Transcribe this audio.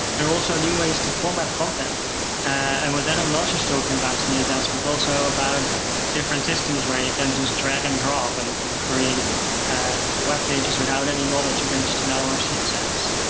there are also new ways to format content. and with that, i'm not just talking about css, but also about different systems where you can just drag and drop, and can create web pages without any knowledge of html or css.